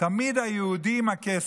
תמיד היהודי הוא עם הכסף,